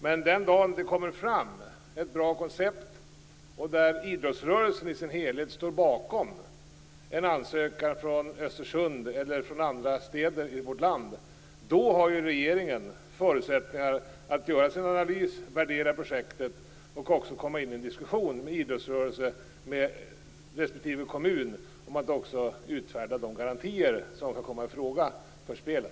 Men den dagen det kommer fram ett bra koncept, där idrottsrörelsen står bakom en ansökan från Östersund eller från andra städer i vårt land, har regeringen förutsättningar att göra sin analys, värdera projektet och även komma in i en diskussion med idrottsrörelsen och respektive kommun om att också utfärda de garantier som kan komma i fråga för spelen.